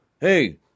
hey